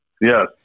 Yes